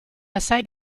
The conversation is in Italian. assai